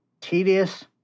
tedious